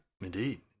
Indeed